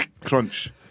crunch